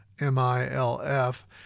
M-I-L-F